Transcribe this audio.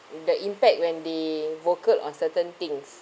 the impact when they vocal on certain things